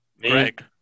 Greg